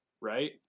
right